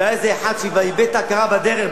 שהיה אחד שאיבד את ההכרה בדרך,